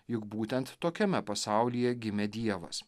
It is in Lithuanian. juk būtent tokiame pasaulyje gimė dievas